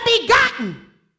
begotten